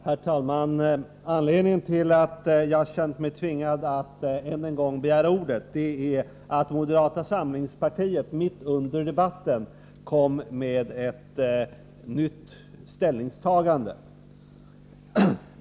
Herr talman! Anledningen till att jag har känt mig tvingad att än en gång begära ordet är, att moderata samlingspartiet mitt under debatten gjorde ett nytt ställningstagande.